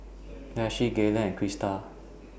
Daisye Galen and Krysta